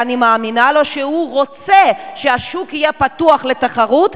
אני מאמינה לו שהוא רוצה שהשוק יהיה פתוח לתחרות,